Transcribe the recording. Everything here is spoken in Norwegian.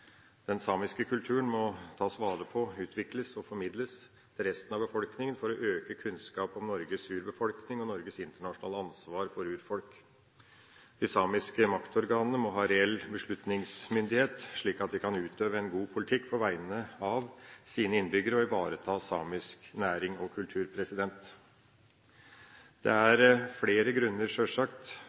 Den samiske kulturen må tas vare på, utvikles og formidles til resten av befolkninga for å øke kunnskapsnivået på vegne av sine innbyggere og for å ivareta samisk næring og kultur. Det er sjølsagt flere grunner